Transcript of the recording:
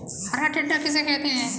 हरा टिड्डा किसे कहते हैं?